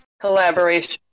collaboration